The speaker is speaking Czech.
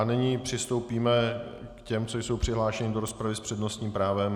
Nyní přistoupíme k těm, co jsou přihlášeni do rozpravy s přednostním právem.